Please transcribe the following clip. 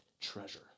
treasure